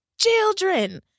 Children